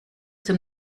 zum